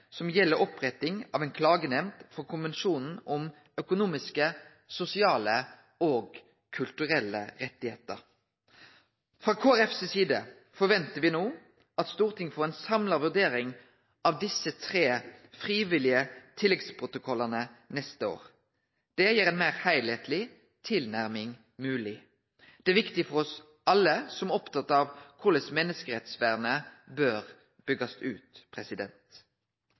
som gjeld oppretting av ei klagenemnd for konvensjonen om økonomiske, sosiale og kulturelle rettar. Frå Kristeleg Folkeparti si side forventar me no at Stortinget får ei samla vurdering av desse tre frivillige tilleggsprotokollane neste år. Det gjer ei meir heilskapleg tilnærming mogleg, og det er viktig for alle oss som er opptatt av korleis menneskerettsvernet bør byggjast ut.